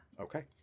Okay